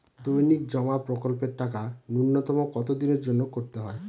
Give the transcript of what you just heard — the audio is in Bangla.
দৈনিক জমা প্রকল্পের টাকা নূন্যতম কত দিনের জন্য করতে হয়?